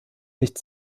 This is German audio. nicht